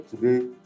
today